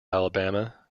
alabama